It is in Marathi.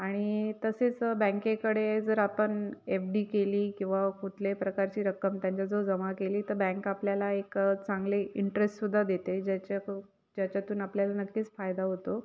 आणि तसेच बँकेकडे जर आपण एफ डी केली किंवा कुठल्याही प्रकारची रक्कम त्यांच्याजवळ जमा केली तर बँक आपल्याला एकं चांगले इंटरेस्टसुद्धा देते ज्याच्याक ज्याच्यातून आपल्याला नक्कीच फायदा होतो